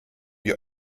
die